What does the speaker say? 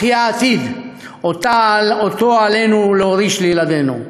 אך היא העתיד שעלינו להוריש לילדינו.